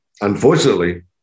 unfortunately